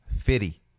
Fitty